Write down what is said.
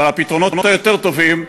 ועל הפתרונות היותר-טובים,